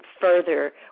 further